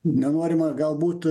nenorima galbūt